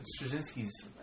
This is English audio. Straczynski's